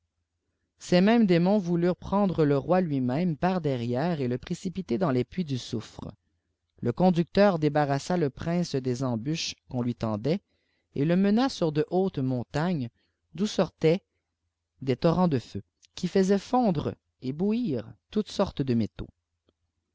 ces mêmes démons voulureirt prendre le roi lui-même par derrière et le précipiter dans les puits de soufre le conducteur débarrassa le prince des ebsd âches âu'on ki tendait et le mena sur de hautes montenes d'où sortaient des torrents de feu qui fusaient fendre bouiuir toutes sortes de métaux